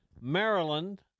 Maryland